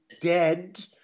dead